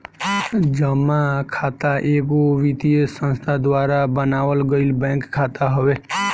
जमा खाता एगो वित्तीय संस्था द्वारा बनावल गईल बैंक खाता हवे